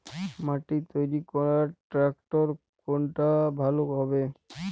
মাটি তৈরি করার ট্রাক্টর কোনটা ভালো হবে?